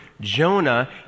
Jonah